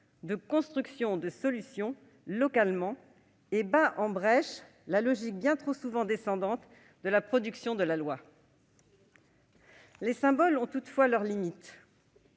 de construction des solutions localement et elle bat en brèche la logique bien trop souvent descendante de la production de la loi. Les symboles ont toutefois leurs limites.